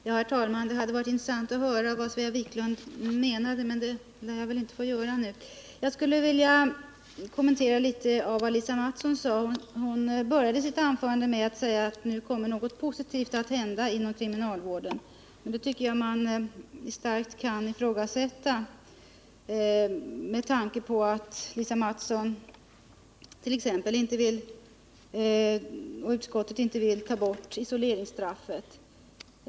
Herr talman! Det hade varit intressant att få höra vad Svea Wiklund menade, men det lär jag väl nu inte få göra. Lisa Mattson började sitt anförande med att säga att det nu kommer att hända något positivt inom kriminalvården. Det tycker jag att man starkt kan ifrågasätta med tanke på att Lisa Mattson och utskottet t.ex. inte vill ta bort isoleringsstraffet.